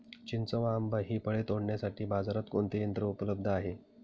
चिंच व आंबा हि फळे तोडण्यासाठी बाजारात कोणते यंत्र उपलब्ध आहे?